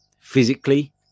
physically